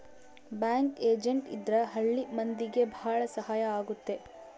bank agent ಇದ್ರ ಹಳ್ಳಿ ಮಂದಿಗೆ ಭಾಳ ಸಹಾಯ ಆಗುತ್ತೆ